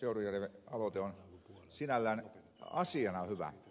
seurujärven aloite on sinällään asiana hyvä